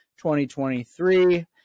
2023